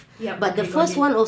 ya okay got it